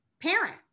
parent